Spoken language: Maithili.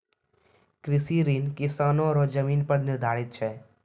कृषि ऋण किसानो रो जमीन पर निर्धारित छै